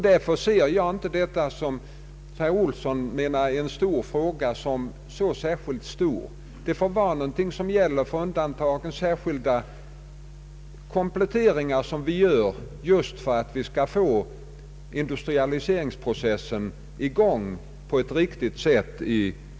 Den fråga som herr Johan Olsson anser mycket viktig är därför enligt min mening inte av så stor betydelse. Stöd kan ges som en komplettering för att få industrialiseringsprocessen i skogslänen i gång på ett riktigt sätt.